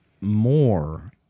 more